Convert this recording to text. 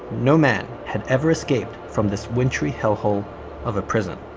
no man had ever escaped from this wintry hellhole of a prison.